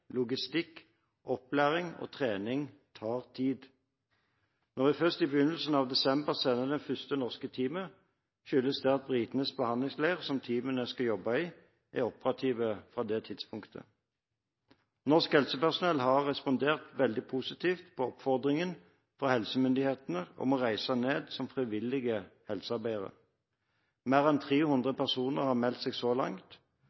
logistikk, opplæring og trening tar tid. Når vi først i begynnelsen av desember sender det første norske teamet, skyldes det at britenes behandlingsleir, som teamene skal jobbe i, er operativ fra det tidspunktet. Norsk helsepersonell har respondert veldig positivt på oppfordringen fra helsemyndighetene om å reise ned som frivillige helsearbeidere: Mer enn 300 personer har meldt seg så langt,